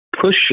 push